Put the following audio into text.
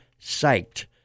psyched